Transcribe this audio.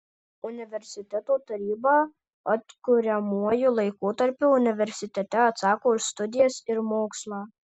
universiteto taryba atkuriamuoju laikotarpiu universitete atsako už studijas ir mokslą